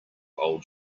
old